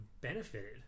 benefited